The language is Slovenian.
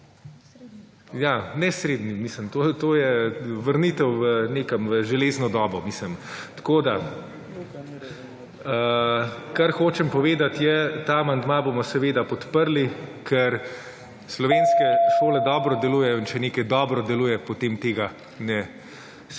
ja, ne srednji, mislim, to je vrnitev v, nekam, v železno dobo, mislim… Tako da, kar hočem povedat je, ta amandma bomo seveda podprli, ker / znak za konec razprave/ slovenske šole dobro delujejo in če nekaj dobro deluje, potem tega ne